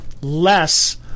less